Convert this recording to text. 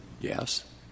Yes